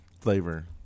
flavor